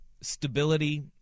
stability